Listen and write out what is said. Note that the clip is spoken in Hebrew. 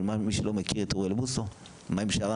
אבל, מה עם מי שלא מכיר את אוריאל בוסו?